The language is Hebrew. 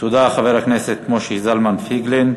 תודה לחבר הכנסת משה זלמן פייגלין.